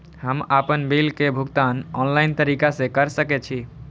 हम आपन बिल के भुगतान ऑनलाइन तरीका से कर सके छी?